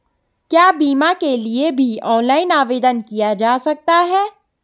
क्या बीमा के लिए भी ऑनलाइन आवेदन किया जा सकता है?